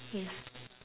yes